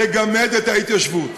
לגמד את ההתיישבות.